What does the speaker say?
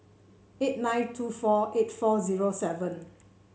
eight nine two four eight four zero seven